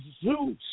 Zeus